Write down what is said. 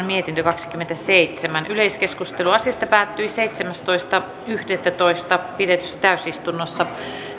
mietintö kaksikymmentäseitsemän yleiskeskustelu asiasta päättyi seitsemästoista yhdettätoista kaksituhattakuusitoista pidetyssä täysistunnossa